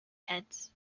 heads